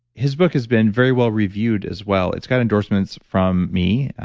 his book has been very well reviewed as well. it's got endorsements from me,